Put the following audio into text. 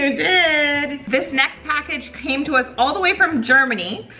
ah did. this next package came to us all the way from germany,